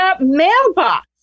mailbox